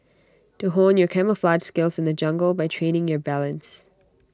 to hone your camouflaged skills in the jungle by training your balance